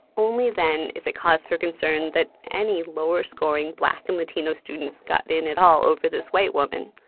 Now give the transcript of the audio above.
only then is it cause for concern that any lower-scoring black and latino students got in at all over this white woman,